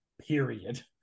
Period